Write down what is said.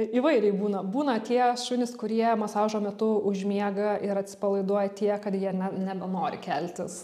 įvairiai būna būna tie šunys kurie masažo metu užmiega ir atsipalaiduoja tiek kad jie nebenori keltis